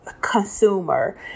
consumer